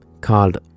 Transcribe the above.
Called